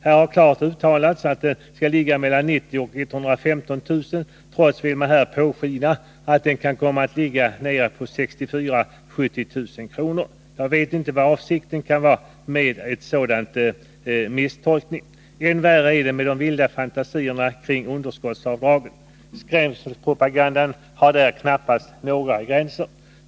Här har klart uttalats att den skall ligga vid en årsinkomst på mellan 90 000 och 115 000 kr. Trots detta vill man nu påskina att den kan komma att ligga på 64 000-70 000 kr. i årsinkomst. Jag vet inte vilken avsikt man har med en sådan misstolkning. Än värre är det med de vilda fantasierna kring underskottsavdragen. Skrämselpropagandan har här knappast några gränser.